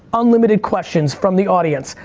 unlimited questions from the audience,